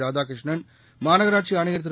ராதாகிருஷ்ணன் மாநகராட்சி ஆணையர் திரு